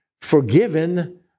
forgiven